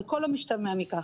על כל המשתמע מכך.